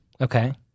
Okay